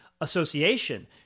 association